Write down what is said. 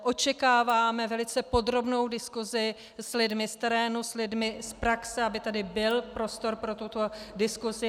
Očekáváme velice podrobnou diskusi s lidmi z terénu, s lidmi z praxe, aby tady byl prostor pro tuto diskusi.